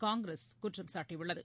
காங்கிரஸ் குற்றம் சாட்டியுள்ளது